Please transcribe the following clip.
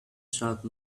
sharp